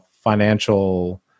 financial